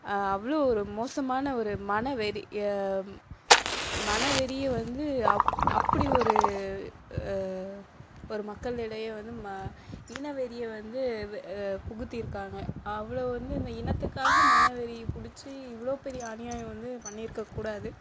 அவ்வளோ ஒரு மோசமான ஒரு மனவெறி மனவெறியை வந்து அப்படி ஒரு ஒரு மக்கள் இடையே வந்து இனவெறியை வந்து புகுத்தி இருக்காங்க அவ்வளோ வந்து இந்த இனத்துக்காக மனவெறி பிடிச்சி இவ்வளோ பெரிய அநியாயம் வந்து பண்ணியிருக்க கூடாது